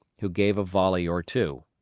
who gave a volley or two.